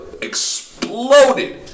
exploded